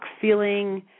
feeling